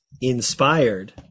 inspired